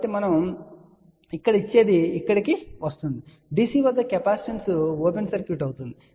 కాబట్టి మనం ఇక్కడ ఇచ్చేది ఇక్కడకు వస్తుంది DC వద్ద కెపాసిటెన్స్ ఓపెన్ సర్క్యూట్ అవుతుంది